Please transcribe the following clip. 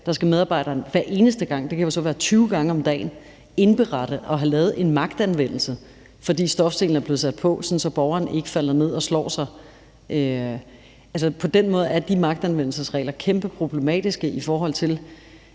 dag, skal medarbejderen hver eneste gang, og det kan jo så være 20 gange om dagen, indberette at have lavet en magtanvendelse, fordi stofselen er blevet sat på, sådan at borgeren ikke falder ned og slår sig. På den måde er de magtanvendelsesregler meget problematiske, synes jeg, i forhold til